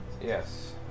Yes